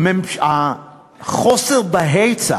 החוסר בהיצע